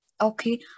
Okay